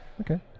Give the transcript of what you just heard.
Okay